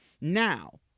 Now